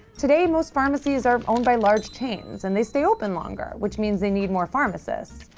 today, most pharmacies are owned by large chains. and they stay open longer, which means they need more pharmacists.